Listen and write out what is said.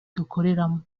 dukoreramo